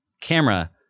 Camera